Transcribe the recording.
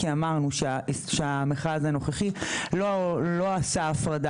כי אמרנו שהמכרז הנוכחי לא עשה הפרדה